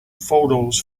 photos